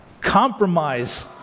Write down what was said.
compromise